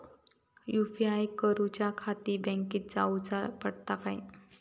UPI करूच्याखाती बँकेत जाऊचा पडता काय?